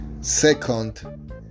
second